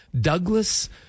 Douglas